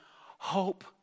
hope